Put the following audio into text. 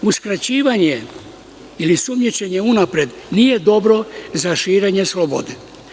Uskraćivanje ili sumnjičenje unapred, nije dobro za širenje slobode.